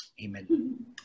Amen